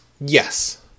Yes